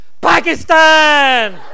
PAKISTAN